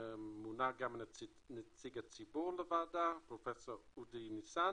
מונה גם נציג ציבור לוועדה, פרופ' אודי ניסן,